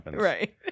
Right